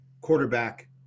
quarterback